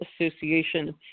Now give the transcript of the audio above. Association